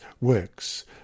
works